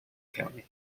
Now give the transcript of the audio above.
county